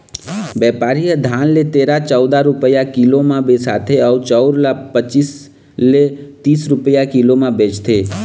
बेपारी ह धान ल तेरा, चउदा रूपिया किलो म बिसाथे अउ चउर ल पचीस ले तीस रूपिया किलो म बेचथे